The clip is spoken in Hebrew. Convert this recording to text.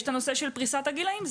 יש הנושא של פריסת הגילאים.